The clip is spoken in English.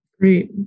Great